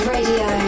Radio